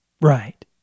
right